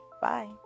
Bye